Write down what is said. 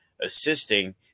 assisting